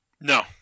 No